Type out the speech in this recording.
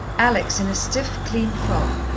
alex, in a stiff, clean frock,